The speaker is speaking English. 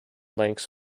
lengths